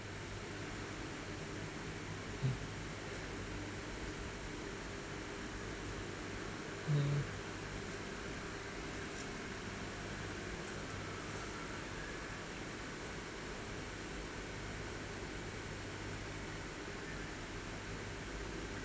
mm